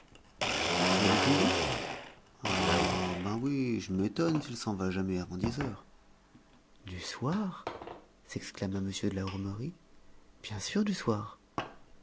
m'sieu letondu ah ben oui je m'étonne s'il s'en va jamais avant dix heures du soir s'exclama m de la hourmerie bien sûr du soir